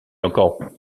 encore